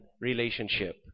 relationship